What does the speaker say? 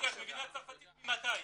-- -צרפתית גם.